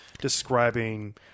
describing